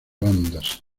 bandas